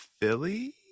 philly